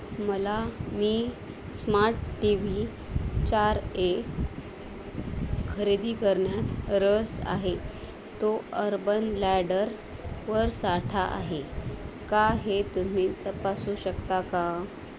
मला मी smart TV चार ए खरेदी करण्यात रस आहे तो अर्बन लॅडरवर साठा आहे का हे तुम्ही तपासू शकता का